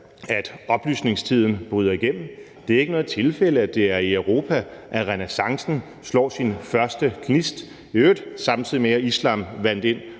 at oplysningstiden bryder igennem; det er jo ikke noget tilfælde, at det er i Europa, at renæssancen slår sin første gnist, i øvrigt samtidig med at islam vandt ind